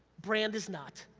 brand is not.